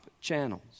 channels